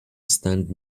stand